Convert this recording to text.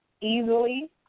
easily